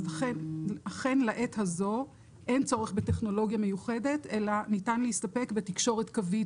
אכן לעת הזו אין צורך בטכנולוגיה מיוחדת אלא ניתן להסתפק בתקשורת קווית